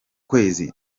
kwezi